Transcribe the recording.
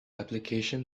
application